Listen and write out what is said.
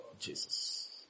Jesus